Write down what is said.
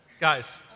Guys